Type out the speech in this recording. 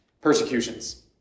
persecutions